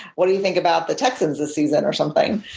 what do you think about the texans this season? or something.